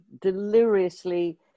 deliriously